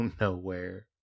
nowhere